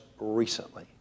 recently